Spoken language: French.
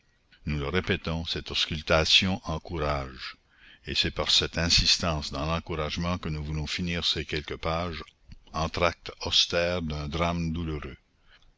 nous le répétons cette auscultation encourage et c'est par cette insistance dans l'encouragement que nous voulons finir ces quelques pages entr'acte austère d'un drame douloureux